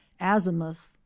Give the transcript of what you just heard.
azimuth